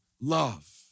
love